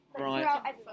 Right